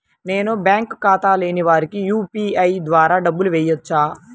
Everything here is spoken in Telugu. నేను బ్యాంక్ ఖాతా లేని వారికి యూ.పీ.ఐ ద్వారా డబ్బులు వేయచ్చా?